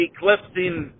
Eclipsing